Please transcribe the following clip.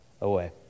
away